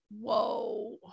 Whoa